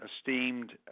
esteemed